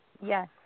yes